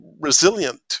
resilient